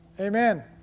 Amen